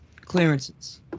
clearances